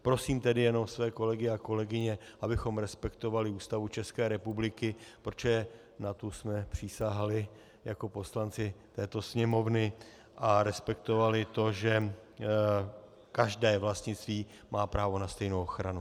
Prosím tedy jenom své kolegy a kolegyně, abychom respektovali Ústavu ČR, protože na tu jsme přísahali jako poslanci této Sněmovny, respektovali to, že každé vlastnictví má právo na stejnou ochranu.